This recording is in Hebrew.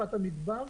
שפת המדבר.